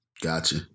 Gotcha